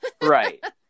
Right